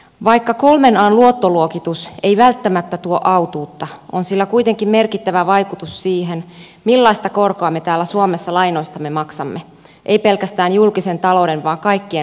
vaikka kolmen an luottoluokitus ei välttämättä tuo autuutta on sillä kuitenkin merkittävä vaikutus siihen millaista korkoa me täällä suomessa lainoistamme maksamme ei pelkästään julkisen talouden vaan kaikkien lainanottajien kannalta